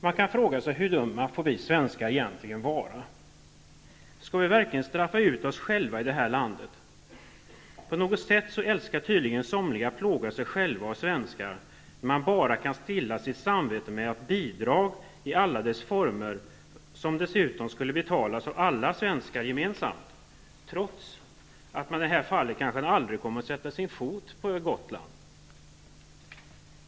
Man kan fråga sig: Hur dumma får vi svenskar egentligen vara? Skall vi verkligen straffa ut oss själva i det här landet? På något sätt älskar tydligen somliga att plåga sig själva och svenskar när man bara kan stilla sitt samvete med bidrag i alla dess former, som dessutom skall betalas av alla svenskar gemensamt, trots att man kanske aldrig kommer att sätta sin fot på Gotland.